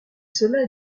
cela